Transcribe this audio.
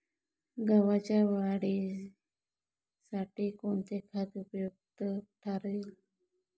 गव्हाच्या वाढीसाठी कोणते खत उपयुक्त ठरेल?